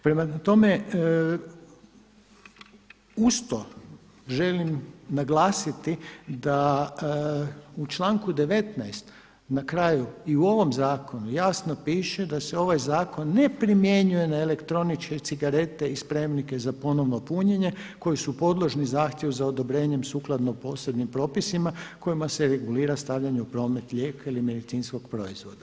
Prema tome, uz to želim naglasiti da u članku 19. na kraju i u ovom zakonu jasno piše da se ovaj zakon ne primjenjuje na elektroničke cigarete i spremnike za ponovno punjenje koji su podložni zahtjevu za odobrenjem sukladno posebnim propisima kojima se regulira stavljanje u promet lijeka ili medicinskog proizvoda.